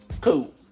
Cool